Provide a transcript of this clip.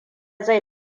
zai